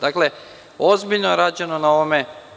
Dakle, ozbiljno je rađeno na ovome.